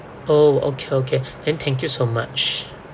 oh okay okay then thank you so much